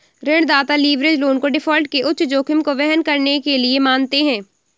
ऋणदाता leverage loan को default के उच्च जोखिम को वहन करने के लिए मानते हैं